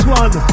one